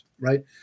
right